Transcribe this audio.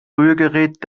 rührgerät